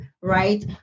right